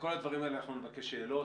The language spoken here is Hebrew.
לכל הדברים האלה אנחנו נבקש תשובות.